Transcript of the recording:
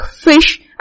fish